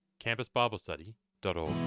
campusbiblestudy.org